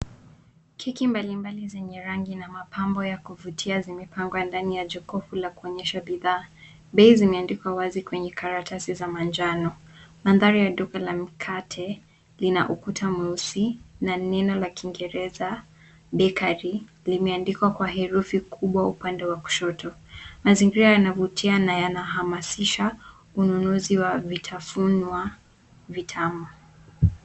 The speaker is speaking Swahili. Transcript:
Keki mbali mbali zenye rangi na mapambo ya kuvutia zimipangwa ndani ya jokofu la kuonyesha bidha. Bei zimeandikwa wazi kwenye karatasi za manjano. Mandhari ya duka la mikate lina ukuta mweusi na neno la kingereza, Bakery limeandikwa kwa herufi kubwa upande wa kushoto. Mazingira yanavutia na yanahamasisha ununuzi wa vitafunwa vitamu.